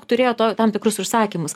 turėjo to tam tikrus užsakymus